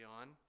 on